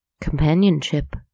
Companionship